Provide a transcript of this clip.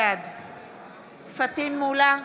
בעד פטין מולא,